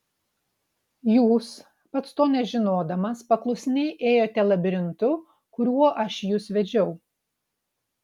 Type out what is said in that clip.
jūs pats to nežinodamas paklusniai ėjote labirintu kuriuo aš jus vedžiau